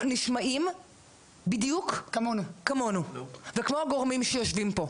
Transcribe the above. נשמעים בדיוק כמונו וכמו הגורמים שיושבים פה.